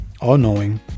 all-knowing